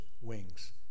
wings